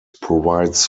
provides